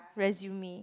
resume